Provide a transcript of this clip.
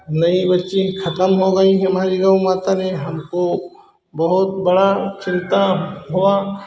मेरी बच्ची ख़त्म हो गई हमारी गौ माता ने हमको बहुत बड़ा चिंता हुआ